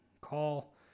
Call